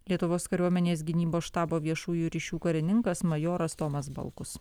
lietuvos kariuomenės gynybos štabo viešųjų ryšių karininkas majoras tomas balkus